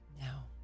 Now